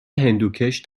هندوکش